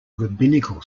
rabbinical